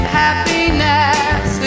happiness